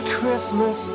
Christmas